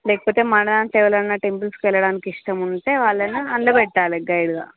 లేకపోతే మన దాంట్లో ఎవరన్నా టెంపుల్స్కి వెళ్ళడానికి ఇష్టముంటే వాళ్ళని అందులో పెట్టాలి గైడ్గా